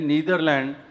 Netherlands